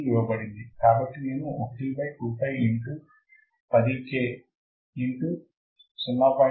కాబట్టి నేను ఒకటి by 2 pi into 10 k into 0